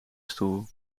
stoel